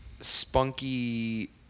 spunky